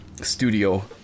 studio